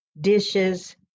dishes